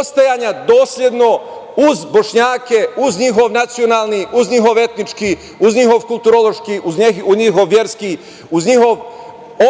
ostajanja dosledno uz Bošnjake, uz njihov nacionalni, uz njihov etnički, uz njihov kulturološki, uz njihov verski, uz njihov